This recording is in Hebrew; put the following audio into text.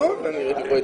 היקף